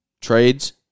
Trades